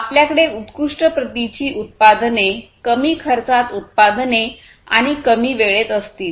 आपल्याकडे उत्कृष्ट प्रतीची उत्पादने कमी खर्चात उत्पादने आणि कमी वेळेत असतील